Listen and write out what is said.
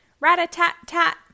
Rat-a-tat-tat